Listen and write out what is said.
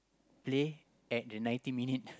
play at the nineteen minute